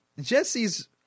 Jesse's